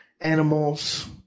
animals